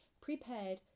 Prepared